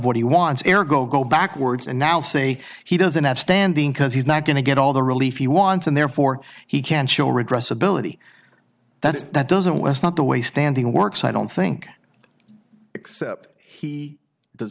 what he wants air go go backwards and now say he doesn't have standing because he's not going to get all the relief he wants and therefore he can show redress ability that that doesn't was not the way standing works i don't think except he does